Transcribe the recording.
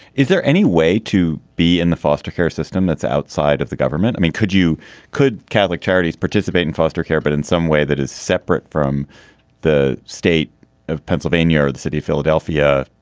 is there any way to be in the foster care system that's outside of the government? i mean, could you could. catholic charities participate in foster care, but in some way that is separate from the state of pennsylvania or the city philadelphia